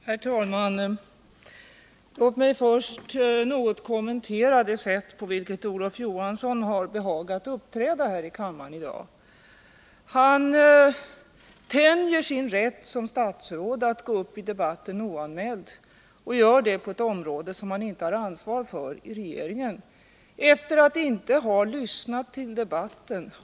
Herr talman! Låt mig först något kommentera det sätt på vilket Olof Johansson har behagat uppträda här i kammaren i dag. Han tänjer sin rätt som statsråd att gå upp oanmäld i debatten och gör det på ett område som han inte har ansvar för i regeringen och trots att han inte har lyssnat på debatten.